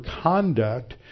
conduct